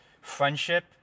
friendship